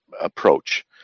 approach